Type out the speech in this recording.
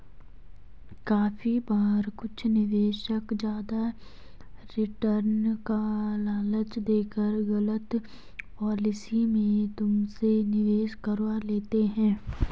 काफी बार कुछ निवेशक ज्यादा रिटर्न का लालच देकर गलत पॉलिसी में तुमसे निवेश करवा लेते हैं